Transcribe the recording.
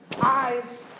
eyes